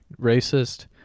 racist